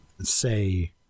say